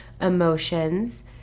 emotions